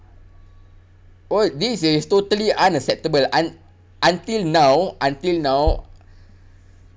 oh this is totally unacceptable un~ until now until now